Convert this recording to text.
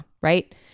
right